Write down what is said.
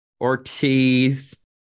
Ortiz